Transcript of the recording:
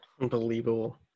Unbelievable